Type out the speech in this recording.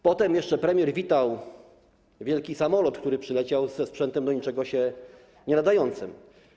Potem jeszcze premier witał wielki samolot, który przyleciał ze sprzętem do niczego się nienadającym.